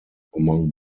among